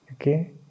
Okay